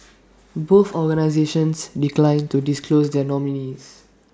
both organisations declined to disclose their nominees